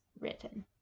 written